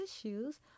issues